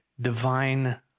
divine